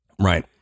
Right